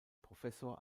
professor